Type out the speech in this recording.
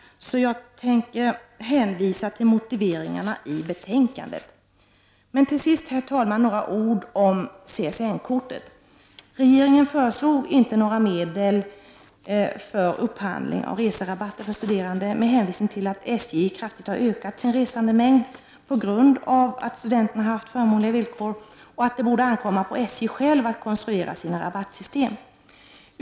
Jag hänvisar därför till motiveringarna i betänkandet. Till sist, herr talman, några ord om CSN-kortet. Regeringen föreslog inte några medel för upphandling av reserabatter för studerande med hänvisning till att SJ, på grund av att studenterna har haft förmånliga villkor, kraftigt har ökat sin resandemängd och att det borde ankomma på SJ själv att konstruera sina rabattsystem.